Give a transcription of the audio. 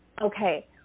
okay